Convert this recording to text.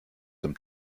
dem